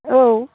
औ